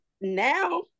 now